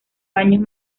años